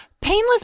Painless